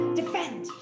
defend